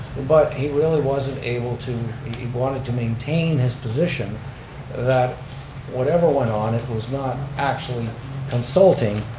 but he really wasn't able to, he wanted to maintain his position that whatever went on, it was not actually consulting,